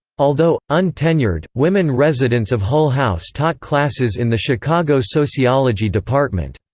although, untenured, women residents of hull house taught classes in the chicago sociology department.